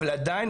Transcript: עדיין,